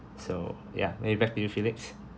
so ya maybe back to you felix